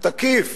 תקיף